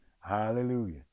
hallelujah